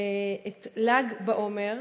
את ל"ג בעומר.